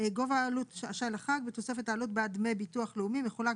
- "גובה עלות השי לחג בתוספת העלות בעד דמי ביטוח לאומי מחולק